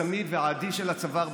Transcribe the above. הצמיד והעדי של הצוואר,